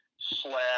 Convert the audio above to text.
slash